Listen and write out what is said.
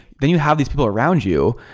then you have these people around you.